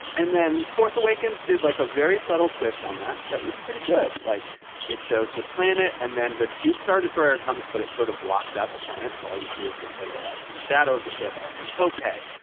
and then force awakens, dude, like a very subtle twist on that. that was pretty good. like it shows this planet and then the huge star destroyer comes, but it sort of blocks out the planets. all you see is the silhouette and the shadow of the ship. i was like, ok,